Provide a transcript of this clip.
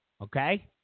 Okay